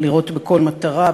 לירות בכל מטרה,